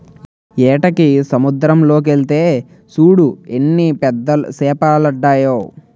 ఏటకి సముద్దరం లోకెల్తే సూడు ఎన్ని పెద్ద సేపలడ్డాయో